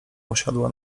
usiadła